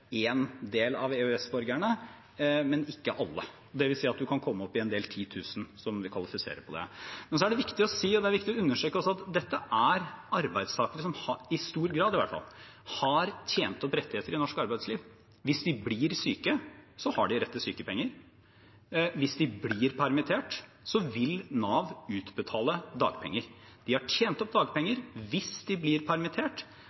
del av EØS-borgerne, og ikke alle. Det vil si at en kan komme opp i en del titusener som vil kvalifisere til det. Så er det viktig å understreke at dette er arbeidstakere som, i hvert fall i stor grad, har tjent opp rettigheter i norsk arbeidsliv. Hvis de blir syke, har de rett til sykepenger. Hvis de blir permittert, vil Nav utbetale dagpenger. De har tjent opp dagpenger, og hvis de blir permittert